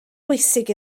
bwysig